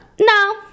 No